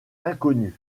inconnue